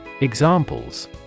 Examples